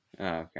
Okay